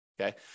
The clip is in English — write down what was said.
okay